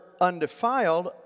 undefiled